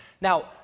Now